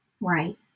Right